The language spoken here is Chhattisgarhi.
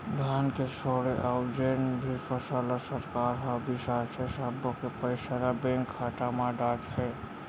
धान के छोड़े अउ जेन भी फसल ल सरकार ह बिसाथे सब्बो के पइसा ल बेंक खाता म डारथे